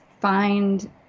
find